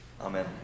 Amen